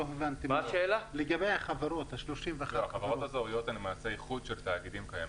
לא, החברות האזוריות הן איחוד של תאגידים קיימים.